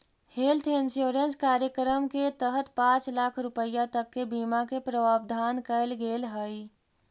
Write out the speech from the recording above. health insurance कार्यक्रम के तहत पांच लाख रुपया तक के बीमा के प्रावधान कैल गेल हइ